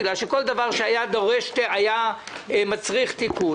בגלל שכל דבר שהיה מצריך תיקון,